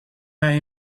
bij